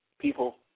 People